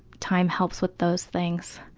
time helps with those things.